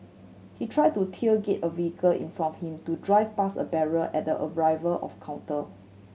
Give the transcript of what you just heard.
he tried to tailgate a vehicle in front of him to drive past a barrier at the arrival of counter